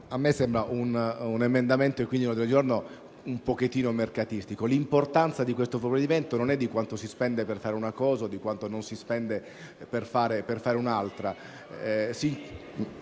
A me sembra un emendamento, così come l'ordine del giorno, un po' mercatistico: l'importanza di questo provvedimento non è quanto si spende per fare una cosa o quanto non si spende per farne un'altra.